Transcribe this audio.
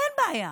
אין בעיה.